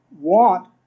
want